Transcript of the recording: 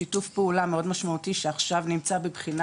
שיתוף פעולה מאוד משמעותי שעכשיו נמצא בבחינה